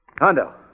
Hondo